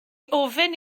ofyn